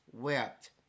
wept